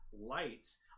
lights